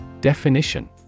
Definition